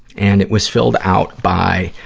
and it was filled out by,